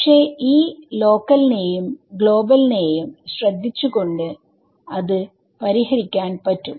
പക്ഷേ ഈ ലോക്കൽ നെയും ഗ്ലോബൽ നെയും ശ്രദ്ധിച്ചുകൊണ്ട് അത് പരിഹരിക്കാൻ പറ്റും